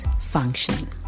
function